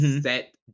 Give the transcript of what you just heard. set